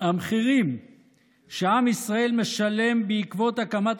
המחירים שעם ישראל משלם בעקבות הקמת